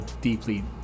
deeply